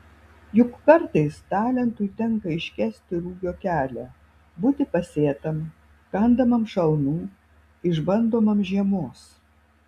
juk kartais talentui tenka iškęsti rugio kelią būti pasėtam kandamam šalnų išbandomam žiemos